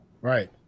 Right